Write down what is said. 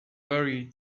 worry